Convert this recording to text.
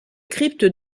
crypte